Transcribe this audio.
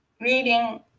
reading